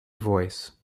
voice